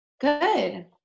Good